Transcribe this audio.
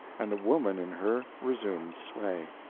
and the woman in her resumed sway.